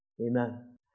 Amen